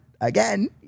again